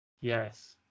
Yes